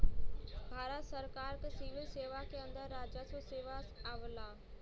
भारत सरकार के सिविल सेवा के अंदर राजस्व सेवा आवला